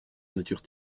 nature